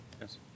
Yes